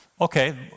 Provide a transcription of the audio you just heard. Okay